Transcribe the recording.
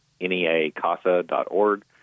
neacasa.org